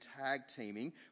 tag-teaming